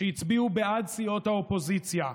שהצביעו בעד סיעות האופוזיציה,